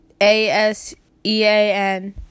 ASEAN